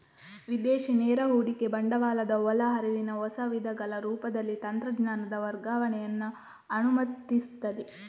ವಿದೇಶಿ ನೇರ ಹೂಡಿಕೆ ಬಂಡವಾಳದ ಒಳ ಹರಿವಿನ ಹೊಸ ವಿಧಗಳ ರೂಪದಲ್ಲಿ ತಂತ್ರಜ್ಞಾನದ ವರ್ಗಾವಣೆಯನ್ನ ಅನುಮತಿಸ್ತದೆ